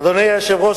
אדוני היושב-ראש,